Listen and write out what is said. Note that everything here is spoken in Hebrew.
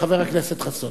חבר הכנסת חסון,